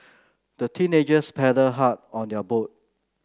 the teenagers paddled hard on their boat